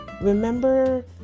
Remember